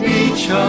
Beach